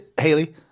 Haley